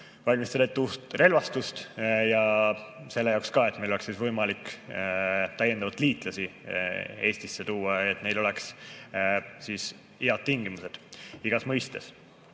valmistada ette uut relvastust. Ja selle jaoks ka, et meil oleks võimalik täiendavalt liitlasi Eestisse tuua, et neil oleksid head tingimused igas mõistes.